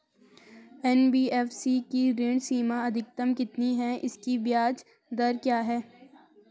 NBFC की ऋण सीमा अधिकतम कितनी है इसकी ब्याज दर क्या है?